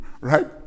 Right